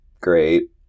great